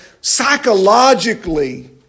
psychologically